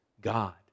God